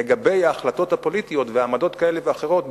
לגבי ההחלטות הפוליטיות ועמדות כאלה ואחרות,